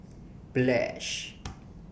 Pledge